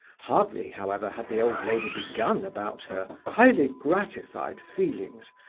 hardly, however, had the old lady begun about her highly gratified feelings,